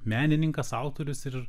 menininkas autorius ir